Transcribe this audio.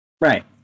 Right